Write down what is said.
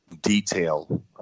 detail